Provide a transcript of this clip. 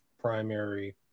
primary